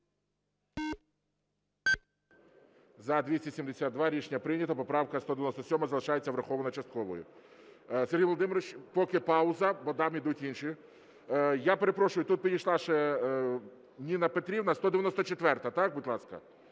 За-272 Рішення прийнято. Поправка 197 залишається врахованою частково. Сергій Володимирович, поки пауза, бо там йдуть інші. Я перепрошую, тут підійшла ще Ніна Петрівна, 194-а, так? Будь ласка,